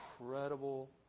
incredible